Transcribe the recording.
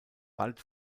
bald